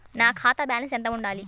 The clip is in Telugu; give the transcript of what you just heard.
నా ఖాతా బ్యాలెన్స్ ఎంత ఉండాలి?